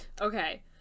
Okay